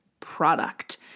Product